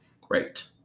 Great